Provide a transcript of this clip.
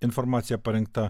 informacija parengta